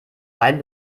wein